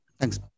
Thanks